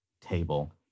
table